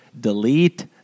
delete